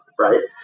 Right